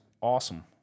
awesome